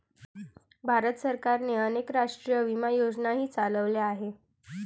भारत सरकारने अनेक राष्ट्रीय विमा योजनाही चालवल्या आहेत